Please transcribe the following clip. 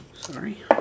Sorry